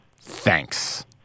Thanks